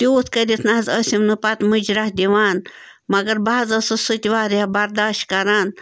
تیوٗت کٔرِتھ نَہ حظ ٲسِم نہٕ پَتہٕ مُجراہ دِوان مگر بہٕ حظ ٲسٕس سُہ تہِ واریاہ برداشت کَران